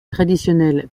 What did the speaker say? traditionnelle